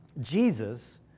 Jesus